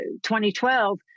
2012